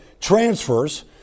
transfers